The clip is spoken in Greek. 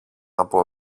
από